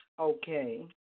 Okay